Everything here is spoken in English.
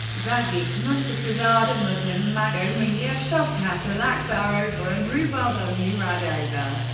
vagif mustafazadeh, muslim magomayev, shovkat alakbarova and rubaba muradova.